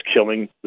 killing